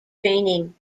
training